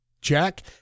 Jack